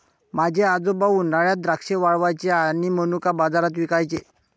माझे आजोबा उन्हात द्राक्षे वाळवायचे आणि मनुका बाजारात विकायचे